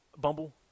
Bumble